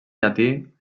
llatí